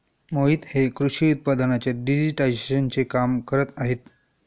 मोहित हे कृषी उत्पादनांच्या डिजिटायझेशनचे काम करत आहेत